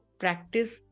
practice